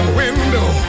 window